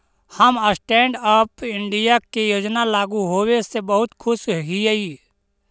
हम stand up India के योजना लागू होबे से बहुत खुश हिअई